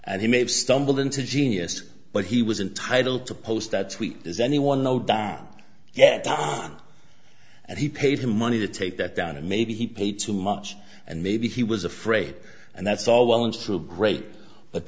and he may have stumbled into genius but he was entitled to post that tweet does anyone know down yet down and he paid him money to take that down and maybe he paid too much and maybe he was afraid and that's all well and so great but